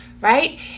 right